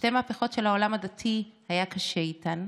שתי מהפכות שלעולם הדתי היה קשה איתן,